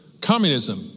communism